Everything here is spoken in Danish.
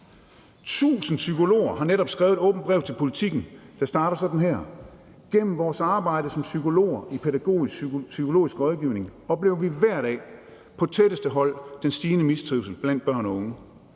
1.000 psykologer har netop skrevet et åbent brev til Politiken, der starter sådan her: Gennem vores arbejde som psykologer i Pædagogisk Psykologisk Rådgivning oplever vi hver dag på tætteste hold den stigende mistrivsel blandt børn og unge.